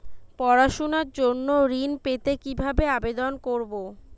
পড়াশুনা জন্য ঋণ পেতে কিভাবে আবেদন করব?